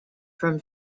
from